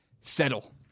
settle